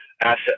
asset